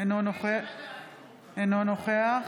אינו נוכח